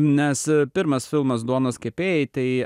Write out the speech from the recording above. nes pirmas filmas duonos kepėjai tai